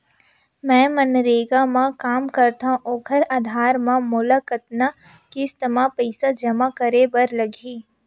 मैं मनरेगा म काम करथव, ओखर आधार म मोला कतना किस्त म पईसा जमा करे बर लगही?